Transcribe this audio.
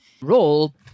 role